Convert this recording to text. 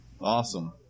Awesome